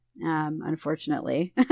unfortunately